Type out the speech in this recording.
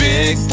Big